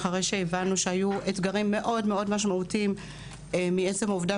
אחרי שהבנו שהיו אתגרים מאוד-מאוד משמעותיים מעצם העובדה